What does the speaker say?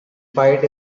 fight